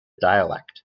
dialect